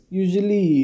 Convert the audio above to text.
usually